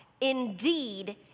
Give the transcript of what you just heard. Indeed